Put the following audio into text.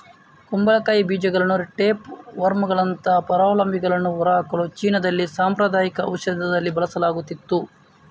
ಕುಂಬಳಕಾಯಿ ಬೀಜಗಳನ್ನ ಟೇಪ್ ವರ್ಮುಗಳಂತಹ ಪರಾವಲಂಬಿಗಳನ್ನು ಹೊರಹಾಕಲು ಚೀನಾದಲ್ಲಿ ಸಾಂಪ್ರದಾಯಿಕ ಔಷಧದಲ್ಲಿ ಬಳಸಲಾಗುತ್ತಿತ್ತು